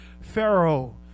Pharaoh